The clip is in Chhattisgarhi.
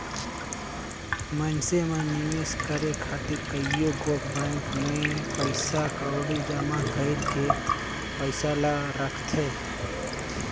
मइनसे मन निवेस करे खातिर कइयो गोट बेंक में पइसा कउड़ी जमा कइर के पइसा ल राखथें